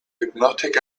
hypnotic